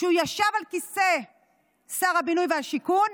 שהוא ישב על כיסא שר הבינוי והשיכון,